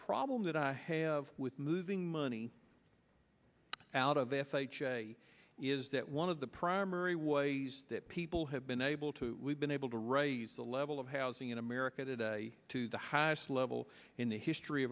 problem that i have with moving money out of f h a is that one of the primary ways that people have been able to we've been able to write the level of housing in america today to the highest level in the history